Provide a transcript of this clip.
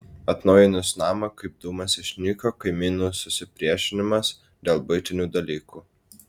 atnaujinus namą kaip dūmas išnyko kaimynų susipriešinimas dėl buitinių dalykų